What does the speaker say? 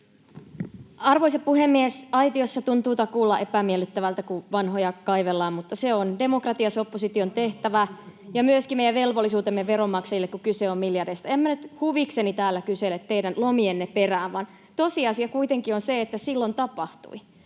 Arvoisa puhemies! Aitiossa tuntuu takuulla epämiellyttävältä, kun vanhoja kaivellaan, mutta se on demokratiassa opposition tehtävä ja myöskin meidän velvollisuutemme veronmaksajille, kun kyse on miljardeista. En minä nyt huvikseni täällä kysele teidän lomienne perään, vaan tosiasia kuitenkin on se, että silloin tapahtui.